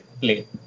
play